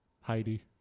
Heidi